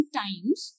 times